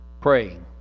Praying